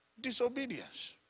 Disobedience